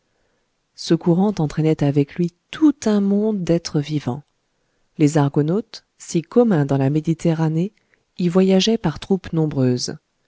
ce courant entraînait avec lui tout un monde d'êtres vivants les argonautes si communs dans la méditerranée y voyageaient par troupes nombreuses